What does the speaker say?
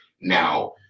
Now